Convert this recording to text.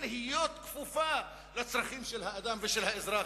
להיות כפופה לצרכים של האדם ושל האזרח,